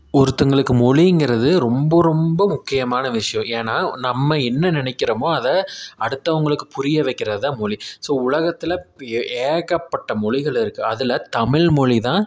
ஒருத்தங்களுக்கு மொழிங்கிறது ரொம்ப ரொம்ப முக்கியமான விஷயம் ஏன்னா நம்ம என்ன நினைக்கிறோமோ அதை அடுத்தவங்களுக்கு புரிய வைக்கிறது தான் மொழி ஸோ உலகத்தில் ப் ஏ ஏகப்பட்ட மொழிகள் இருக்குது அதில் தமிழ் மொழி தான்